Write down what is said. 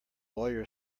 lawyer